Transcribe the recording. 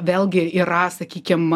vėlgi yra sakykim